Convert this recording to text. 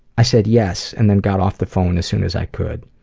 i said, yes, and then got off the phone as soon as i could.